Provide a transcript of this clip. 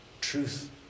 truth